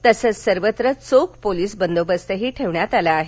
तसंच सर्वत्र चोख पोलीस बंदोबस्तही ठेवण्यात आला आहे